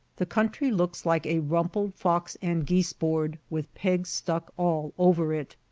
the country looks like a rumpled fox-and-geese board, with pegs stuck all over it.